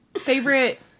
favorite